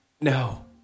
No